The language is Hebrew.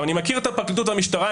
אני מכיר את הפרקליטות והמשטרה,